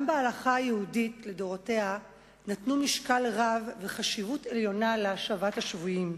גם בהלכה היהודית לדורותיה ייחסו משקל רב וחשיבות עליונה להשבת שבויים.